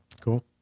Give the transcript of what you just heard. Cool